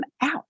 out